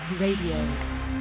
Radio